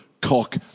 cock